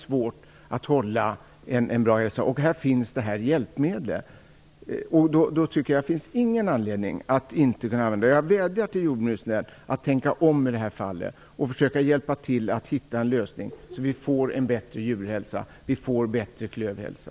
Eftersom detta hjälpmedel existerar, finns det ingen anledning att inte använda det. Jag vädjar till jordbruksministern att tänka om i det här fallet och försöka hjälpa till att hitta en lösning så att det blir en bättre djurhälsa och klövhälsa.